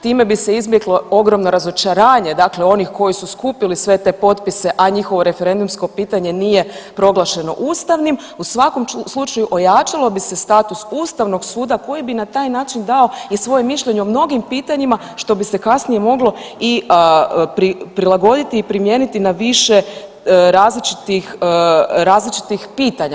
Time bi se izbjeglo ogromno razočaranje dakle onih koji su skupili sve te potpise, a njihovo referendumsko pitanje nije proglašeno ustavnim, u svakom slučaju ojačalo bi se status ustavnog suda koji bi na taj način dao i svoje mišljenje o mnogim pitanjima što bi se kasnije moglo i prilagoditi i primijeniti na više različitih, različitih pitanja.